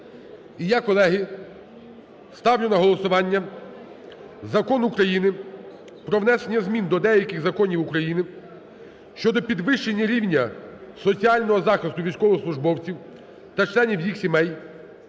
І я, колеги, ставлю на голосування Закон України "Про внесення змін до деяких законів України щодо підвищення рівня соціального захисту військовослужбовців та членів їх сімей"